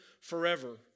forever